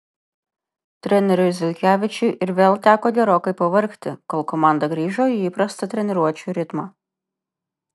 treneriui zelkevičiui ir vėl teko gerokai pavargti kol komanda grįžo į įprastą treniruočių ritmą